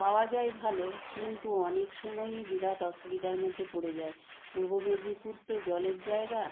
পাওয়া যায় ভালো কিন্তু অনেক সময়ই বিরাট অসুবিধার মধ্যে পড়ে যায় পূর্ব মেদিনীপুর তো জলের জায়গা